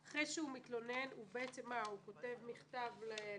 אחרי שהוא מתלונן, הוא כותב מכתב?